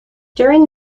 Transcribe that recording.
during